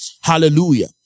hallelujah